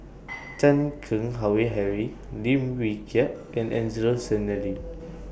Chan Keng Howe Harry Lim Wee Kiak and Angelo Sanelli